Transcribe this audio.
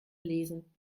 lesen